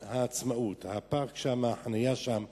שגן-העצמאות, הפארק שם, החנייה שם פתוחה,